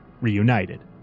reunited